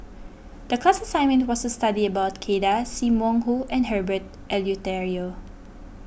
the class assignment was to study about Kay Das Sim Wong Hoo and Herbert Eleuterio